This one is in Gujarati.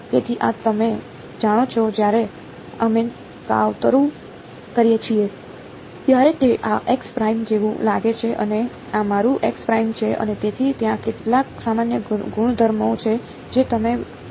તેથી આ તમે જાણો છો જ્યારે અમે કાવતરું કરીએ છીએ ત્યારે તે આ x પ્રાઇમ જેવું લાગે છે અને આ મારું x પ્રાઇમ છે અને તેથી ત્યાં કેટલાક સામાન્ય ગુણધર્મો છે જે તમે અવલોકન કરશો